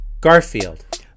Garfield